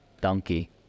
Donkey